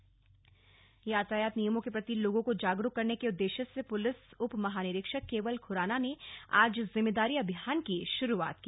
यातायात पुलिस अभियान यातायात नियमों के प्रति लोगों को जागरूक करने के उद्देश्य से पुलिस उपमहानिरीक्षक केवल खुराना ने आज जिम्मेदारी अभियान की शुरुआत की